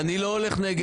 לא, אני לא הולך נגד.